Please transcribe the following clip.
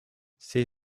see